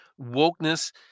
wokeness